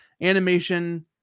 animation